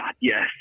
Yes